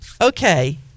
Okay